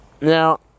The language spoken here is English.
Now